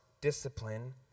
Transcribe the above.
discipline